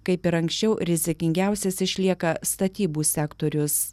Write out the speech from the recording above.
kaip ir anksčiau rizikingiausias išlieka statybų sektorius